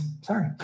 sorry